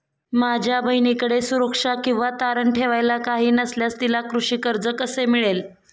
माझ्या बहिणीकडे सुरक्षा किंवा तारण ठेवायला काही नसल्यास तिला कृषी कर्ज कसे मिळेल?